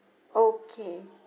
okay